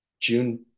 June